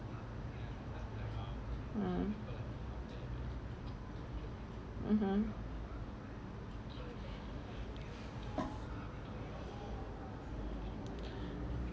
mm (uh huh)